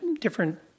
different